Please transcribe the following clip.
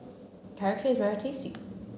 carrot cake is very tasty